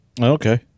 Okay